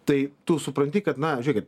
tai tu supranti kad na žiūrėkit